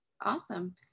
Awesome